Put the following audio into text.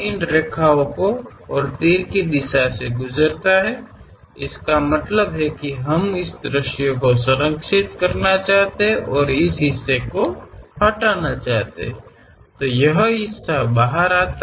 ಈ ರೇಖೆಗಳ ಮೂಲಕ ಹಾದುಹೋಗುವುದು ಮತ್ತು ಬಾಣದ ದಿಕ್ಕು ಆ ರೀತಿಯಲ್ಲಿರುತ್ತದೆ ಇದರರ್ಥ ನಾವು ಆ ನೋಟವನ್ನು ಕಾಪಾಡಿಕೊಳ್ಳಲು ಮತ್ತು ಈ ಭಾಗವನ್ನು ತೆಗೆದುಹಾಕಲು ಬಯಸುತ್ತೇವೆ